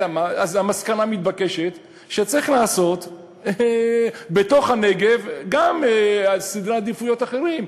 אז המסקנה המתבקשת היא שצריך לעשות בתוך הנגב גם סדרי עדיפויות אחרים.